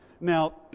Now